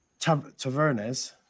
Tavernes